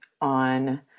on